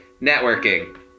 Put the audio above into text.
Networking